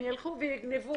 הם ילכו ויגנבו?